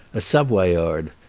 a savoyard,